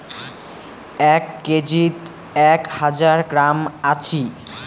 এক কেজিত এক হাজার গ্রাম আছি